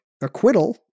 acquittal